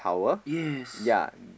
yes